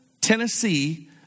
Tennessee